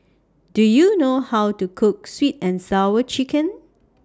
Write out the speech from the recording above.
Do YOU know How to Cook Sweet and Sour Chicken